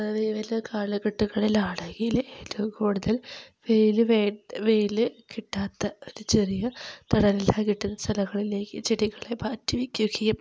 ഈ വരുന്ന കാലഘട്ടങ്ങളിലാണെങ്കിൽ ഏറ്റവും കൂടുതൽ വെയിൽ വെയിൽ കിട്ടാത്ത ഒരു ചെറിയ തണലെല്ലാം കിട്ടുന്ന സ്ഥലങ്ങളിലേക്ക് ചെടികളെ മാറ്റി വയ്ക്കുക്കകയും